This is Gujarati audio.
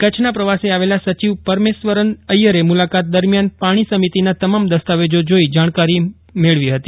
કચ્છના પ્રવાસે આવેલા સચિવ પરમેશ્વરન ઐથરે મુલાકાત દરમ્યાન પાણી સમિતિના તમામ દસ્તાવેજો જોઇ જાણકારી મેળવી ફતી